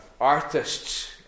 artists